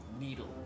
Needle